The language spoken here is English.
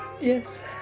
Yes